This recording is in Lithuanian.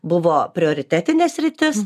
buvo prioritetinė sritis